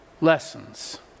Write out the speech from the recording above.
lessons